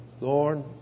Lord